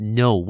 no